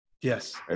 Yes